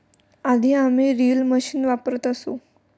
आधी आम्ही reel machine वापरत असू